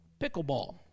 pickleball